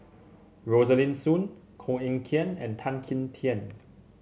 Rosaline Soon Koh Eng Kian and Tan Kim Tian